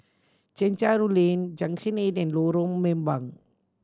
Chencharu Lane Junction Eight and Lorong Mambong